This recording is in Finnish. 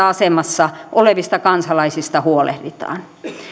asemassa olevista kansalaisista huolehditaan